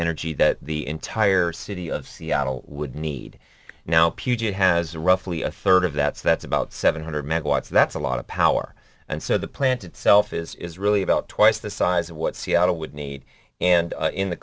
energy that the entire city of seattle would need now puget has roughly a third of that's that's about seven hundred megawatts that's a lot of power and so the plant itself is really about twice the size of what seattle would need and in the